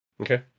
Okay